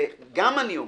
וגם אני אומר,